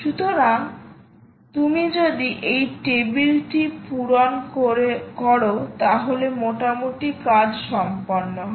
সুতরাং তুমি যদি এই টেবিলটি পূরণ করো তাহলে মোটামুটি কাজ সম্পন্ন হবে